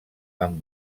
amb